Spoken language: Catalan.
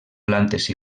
plantes